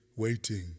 Waiting